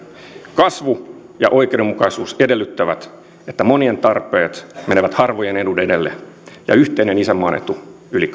kasvu ja oikeudenmukaisuus edellyttävät että monien tarpeet menevät harvojen edun edelle ja yhteinen isänmaan etu yli